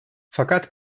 fakat